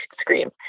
scream